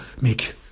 make